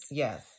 yes